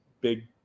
big